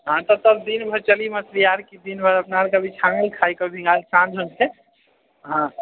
हाँ तऽ तभ दिन भरि चलि मछली आर कि दिन भरि अपना आर कऽ भी छानल खाइ कभी साँझमे जे छै हाँ